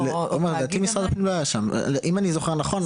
עומר לדעתי משרד הפנים לא היה שם אם אני זוכר נכון?